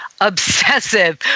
obsessive